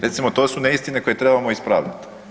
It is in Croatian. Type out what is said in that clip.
Recimo to su neistine koje trebamo ispraviti.